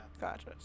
Gotcha